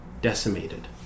decimated